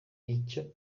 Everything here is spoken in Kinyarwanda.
icyo